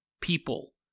people